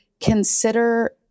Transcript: Consider